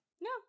No